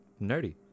nerdy